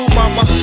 mama